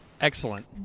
Excellent